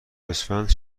اسفند